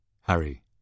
Harry